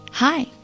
Hi